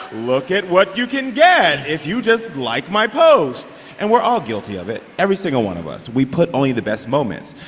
look at what you can get if you just like my post and we're all guilty of it, every single one of us. we put only the best moments.